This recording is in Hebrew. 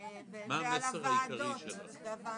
שיהיה ברור שמה שאמרתי זה שאנחנו לא